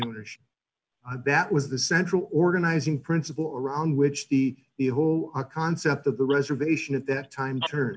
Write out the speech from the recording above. ownership that was the central organizing principle around which the the whole concept of the reservation at that time